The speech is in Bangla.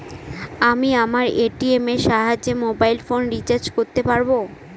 আমি আমার এ.টি.এম এর সাহায্যে মোবাইল ফোন রিচার্জ করতে পারব?